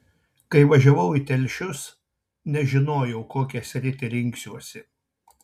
kai važiavau į telšius nežinojau kokią sritį rinksiuosi